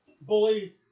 bully